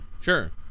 Sure